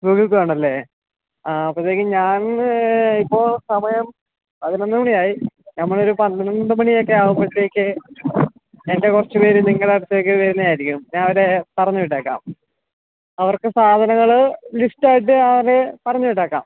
Google Pay ഉണ്ടല്ലേ ആ അപ്പോഴത്തേക്കും ഞാൻ ഇപ്പോൾ സമയം പതിനൊന്നു മണിയായി നമ്മളൊരു പന്ത്രണ്ട് മണിയൊക്കെ ആകുമ്പോഴത്തേക്ക് എൻ്റെ കുറച്ചു പേര് നിങ്ങളുടെ അടുത്തേക്ക് വരുന്നതായിരിക്കും ഞാൻ പറഞ്ഞു വിട്ടേക്കാം അവർക്ക് സാധനങ്ങൾ ലിസ്റ്റായിട്ട് അവരെ പറഞ്ഞു വിട്ടേക്കാം